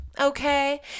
okay